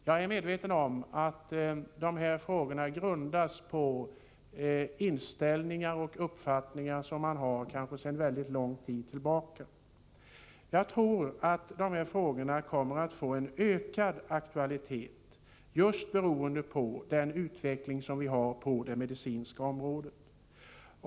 Jag är medveten om att uppfattningen i dessa frågor grundas på inställningar som man har sedan kanske mycket lång tid tillbaka. Jag tror att de frågor som det här gäller kommer att få en ökad aktualitet i takt med den utveckling som äger rum på det medicinska området.